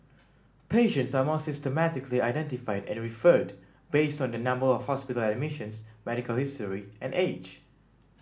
patients are more systematically identified and referred based on their number of hospital admissions medical history and age